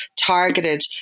targeted